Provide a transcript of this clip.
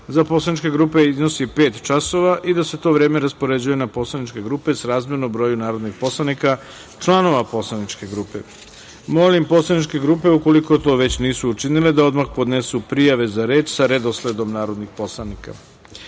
za poslaničke grupe iznosi pet časova i da se to vreme raspoređuje na poslaničke grupe srazmerno broju narodnih poslanik članova poslaničke grupe. Molim poslaničke grupe, ukoliko to već nisu učinile, da odmah podnesu prijave za reč sa redosledom narodnih poslanika. Saglasno